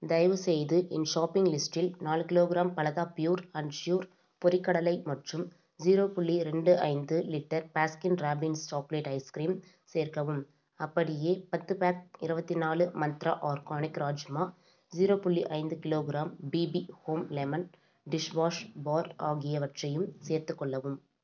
தயவுசெய்து என் ஷாப்பிங் லிஸ்டில் நாலு கிலோ கிராம் பலதா ப்யூர் அண்ட் ஷுர் பொரிக்கடலை மற்றும் ஜீரோ புள்ளி ரெண்டு ஐந்து litre Baskin Robbins chocolate ice cream சேர்க்கவும் அப்படியே பத்து பேக் இருபத்தி நாலு மந்த்ரா ஆர்கானிக் ராஜ்மா ஜீரோ புள்ளி ஐந்து kilo gram BB home lemon dishwash bar ஆகியவற்றையும் சேர்த்துக்கொள்ளவும்